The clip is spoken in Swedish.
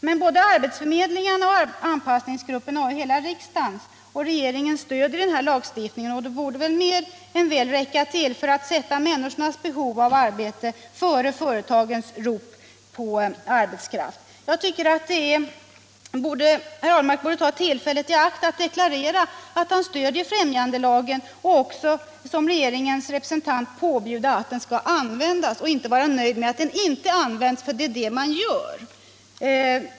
Men både arbetsförmedlingarna och anpassningsgrupperna har ju hela riksdagens och regeringens stöd genom denna lagstiftning, och det borde mer än väl räcka till för att sätta människornas behov av arbete före företagens rop på elitarbetskraft. Herr Ahlmark borde ta tillfället i akt att deklarera att han stöder främjandelagen, och som regeringens representant påbjuda att den skall användas. Han borde inte vara nöjd med att den inte används — för det är det som sker.